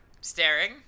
staring